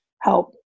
help